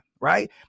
Right